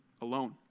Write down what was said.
alone